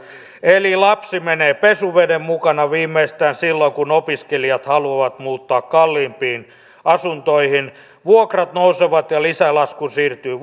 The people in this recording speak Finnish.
eli lapsi menee pesuveden mukana viimeistään silloin kun opiskelijat haluavat muuttaa kalliimpiin asuntoihin vuokrat nousevat ja lisälasku siirtyy